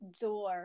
door